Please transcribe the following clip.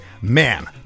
man